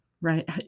right